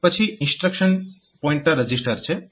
પછી instruction pointer register છે